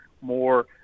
more